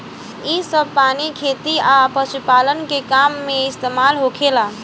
इ सभ पानी खेती आ पशुपालन के काम में इस्तमाल होखेला